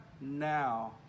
now